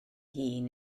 hun